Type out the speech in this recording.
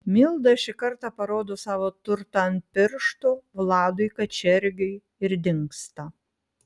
milda šį kartą parodo savo turtą ant pirštų vladui kačergiui ir dingsta